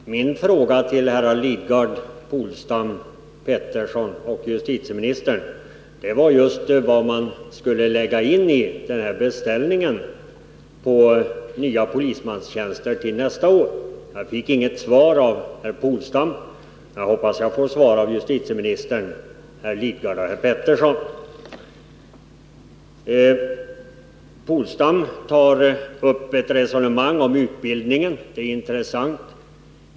Herr talman! Min fråga till herrar Lidgard, Polstam och Petersson i Röstånga och till justitieministern var just vad man skulle lägga in i beställningen på nya polismanstjänster till nästa år. Jag fick inget svar av herr Polstam. Jag hoppas att jag får svar av justitieministern, herr Lidgard och herr Petersson. Åke Polstam tog upp ett resonemang om utbildningen. Det är intressant.